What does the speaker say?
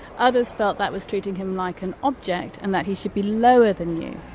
others felt that was treating him like an object, and that he should be lower than you.